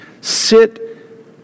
Sit